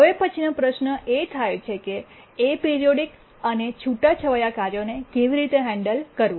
હવે પછીનો પ્રશ્ન થાય છે કે એપીરોઇડિક અને છૂટાછવાયા કાર્યોને કેવી રીતે હેન્ડલ કરવું